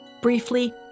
Briefly